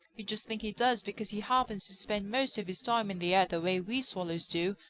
you just think he does because he happens to spend most of his time in the air the way we swallows do,